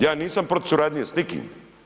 Ja nisam protiv suradnje s nikim.